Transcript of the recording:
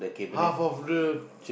half of the